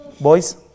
boys